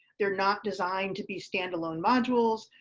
they are not designed to be stand alone modules.